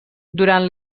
durant